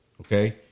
okay